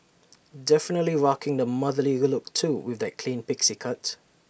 definitely rocking the motherly look too with that clean pixie cut